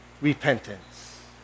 repentance